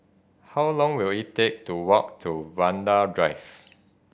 how long will it take to walk to Vanda Drive